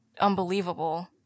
unbelievable